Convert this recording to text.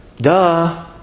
duh